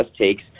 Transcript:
takes